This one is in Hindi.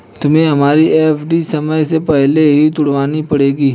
हमें हमारी एफ.डी समय से पहले ही तुड़वानी पड़ेगी